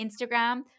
Instagram